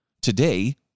Today